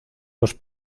los